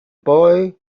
boy